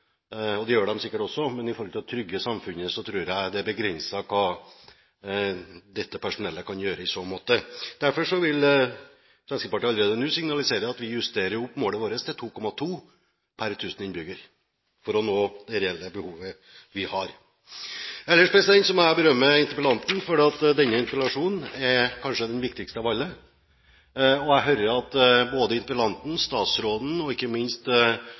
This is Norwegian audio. og det gjør de sikkert også, men med tanke på å trygge samfunnet tror jeg det er begrenset hva dette personellet kan gjøre i så måte. Derfor vil Fremskrittspartiet allerede nå signalisere at vi justerer opp målet vårt til 2,2 per 1 000 innbyggere, for å nå det reelle behovet vi har. Ellers må jeg berømme interpellanten, for denne interpellasjonen er kanskje den viktigste av alle, og jeg hører at både interpellanten, statsråden og ikke minst